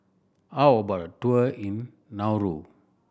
how about a tour in Nauru